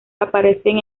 aparecen